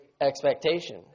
expectation